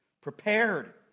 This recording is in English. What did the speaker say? prepared